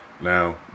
Now